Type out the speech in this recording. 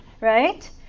right